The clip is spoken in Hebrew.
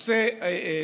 חבריי חברי הכנסת,